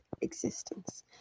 existence